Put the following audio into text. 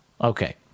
Okay